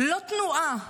לא תנועה.